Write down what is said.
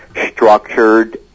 structured